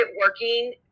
working